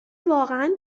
واقعا